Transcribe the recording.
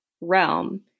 realm